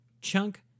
Chunk